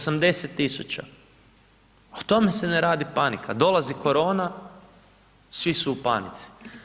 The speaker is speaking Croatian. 80.000, tome se ne radi panika, dolazi korona svi su u panici.